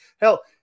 Hell